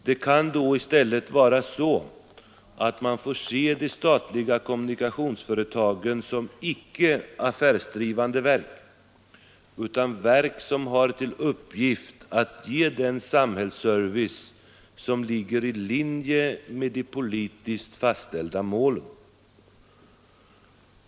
Det kan då i stället vara så att man får se de statliga kommunikationsföretagen icke som affärsdrivande verk utan som verk som har till uppgift att ge den samhällsservice som ligger i linje med de politiskt fastställda målen.